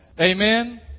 Amen